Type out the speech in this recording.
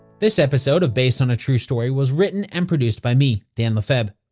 this episode of based on a true story was written and produced by me, dan lefebvre.